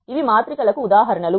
ఇవి మాత్రిక లకు ఉదాహరణ లు